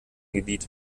gebiet